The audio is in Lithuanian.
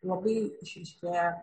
labai išryškėja